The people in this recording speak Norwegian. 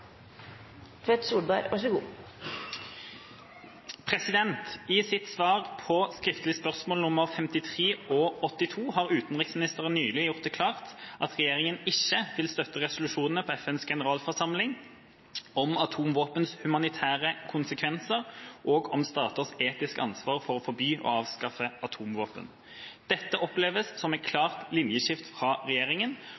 svar på skriftlig spørsmål nr. 54 og 82 har utenriksministeren nylig gjort det klart at regjeringen ikke vil støtte resolusjonene på FNs generalforsamling om atomvåpens humanitære konsekvenser og om staters etiske ansvar for å forby og avskaffe atomvåpen. Dette oppleves som et klart linjeskift fra regjeringen,